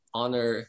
honor